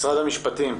משרד המשפטים,